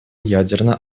ядерно